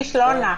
האיש לא נוח.